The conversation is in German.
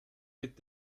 mit